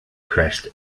crest